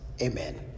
Amen